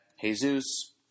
Jesus